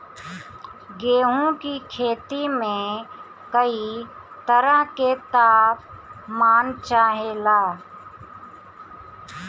गेहू की खेती में कयी तरह के ताप मान चाहे ला